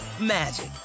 magic